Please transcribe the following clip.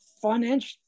financial